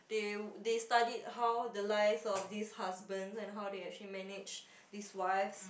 they they studied how the lives of these husbands and how they actually manage these wives